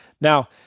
Now